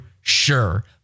Sure